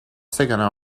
second